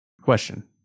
Question